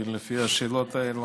כי לפי השאלות האלה,